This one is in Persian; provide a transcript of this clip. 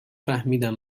فهمیدم